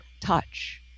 touch